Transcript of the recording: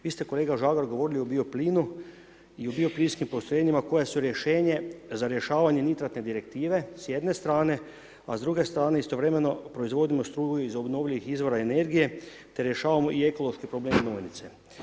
Vi ste kolega Žagar govorili o bioplinu i o bioplinskim postrojenjima koje su rješenje za rješavale nitratne direktive s jedne strane, a s druge strane istovremeno, proizvodimo struju iz obnovljivih izbora energije, te rješavamo i ekološke probleme gnojnice.